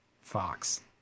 Fox